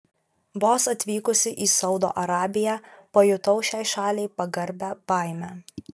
vos atvykusi į saudo arabiją pajutau šiai šaliai pagarbią baimę